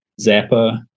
Zappa